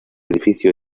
edificio